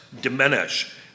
diminish